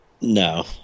No